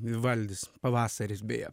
vivaldis pavasaris beje